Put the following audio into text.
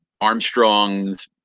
Armstrong's